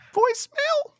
voicemail